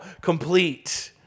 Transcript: complete